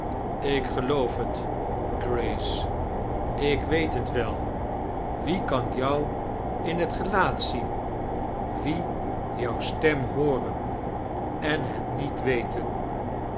ik geloof het grace ik weet het wel wie kan jou in het gelaat ziem wie jou stem hoomea en het niet weten